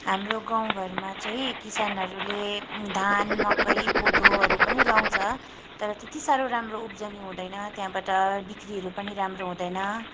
हाम्रो गाउँभरिमा चाहिँ किसानहरूले धान मकै कोदोहरू पनि लगाउँछ तर त्यति साह्रो राम्रो उब्जनी हुँदैन त्यहाँबाट बिक्रीहरू पनि राम्रो हुँदैन